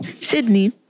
Sydney